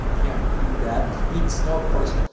can't beat that. phoebe snow, of course,